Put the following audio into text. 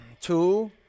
Two